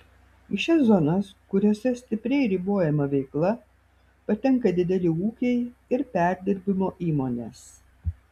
į šias zonas kuriose stipriai ribojama veikla patenka dideli ūkiai ir perdirbimo įmonės